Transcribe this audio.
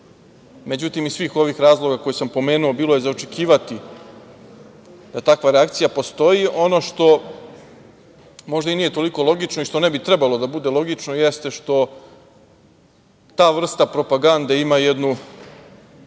Međutim, iz svih ovih razloga koji sam pomenuo bilo je za očekivati da takva reakcija postoji. Ono što možda i nije toliko logično i što ne bi trebalo da bude logično jeste, što ta vrsta propagande ima jednu